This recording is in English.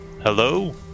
hello